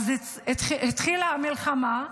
ואז התחילה המלחמה,